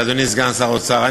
אדוני סגן שר האוצר.